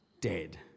dead